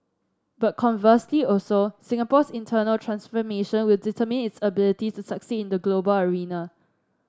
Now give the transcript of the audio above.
but conversely also Singapore's internal transformation will determine its ability to succeed in the global arena